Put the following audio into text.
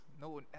no